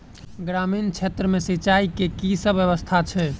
ग्रामीण क्षेत्र मे सिंचाई केँ की सब व्यवस्था छै?